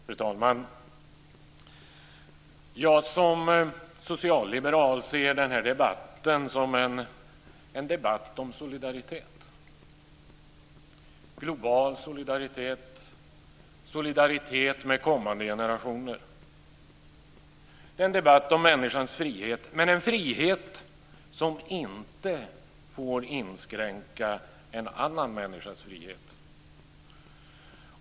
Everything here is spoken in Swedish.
Fru talman! Jag som socialliberal ser den här debatten som en debatt om solidaritet - global solidaritet och solidaritet med kommande generationer. Det är en debatt om människans frihet, men en frihet som inte får inskränka en annan människas frihet.